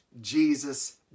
Jesus